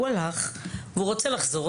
והוא רוצה לחזור,